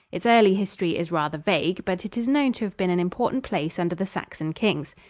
its early history is rather vague, but it is known to have been an important place under the saxon kings.